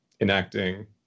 enacting